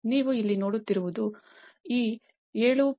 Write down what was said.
ನೀವು ಇಲ್ಲಿ ನೋಡುತ್ತಿರುವುದು ಈ 7